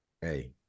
Hey